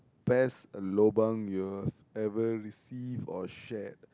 best lobang you will ever receive or share